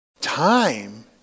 Time